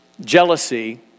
Jealousy